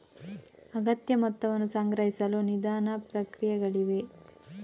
ಅಗತ್ಯ ಮೊತ್ತವನ್ನು ಸಂಗ್ರಹಿಸಲು ನಿಧಾನ ಪ್ರಕ್ರಿಯೆಗಳಿವೆ